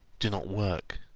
do not work.